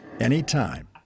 anytime